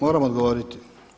Moram odgovoriti.